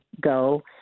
go